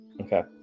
Okay